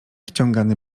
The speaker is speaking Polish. wciągany